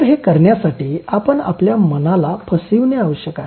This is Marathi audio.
तर हे करण्यासाठी आपण आपल्या मनाला फसविणे आवश्यक असते